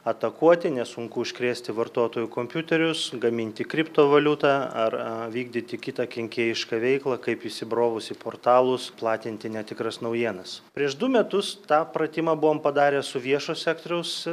atakuoti nesunku užkrėsti vartotojų kompiuterius gaminti kriptovaliutą ar vykdyti kitą kenkėjišką veiklą kaip įsibrovus į portalus platinti netikras naujienas prieš du metus tą pratimą buvome padarę su viešo sektoriaus